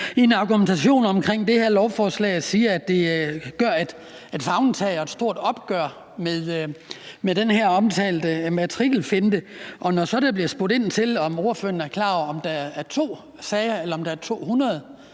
i en argumentation omkring det her lovforslag og siger, at det er et stort favntag og et stort opgør med den her omtalte matrikelfinte, og når så der bliver spurgt ind til, om ordføreren er klar over, om der er 2 sager, eller om der er 200